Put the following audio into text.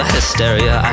Hysteria